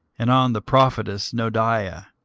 and on the prophetess noadiah,